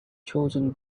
chosen